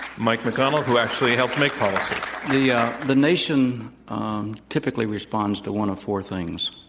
mike mcconnell, who actually helped make policy. yeah the nation um typically responds to one of four things.